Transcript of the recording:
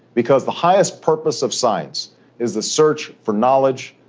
because the highest purpose of science is the search for knowledge,